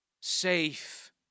Safe